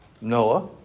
Noah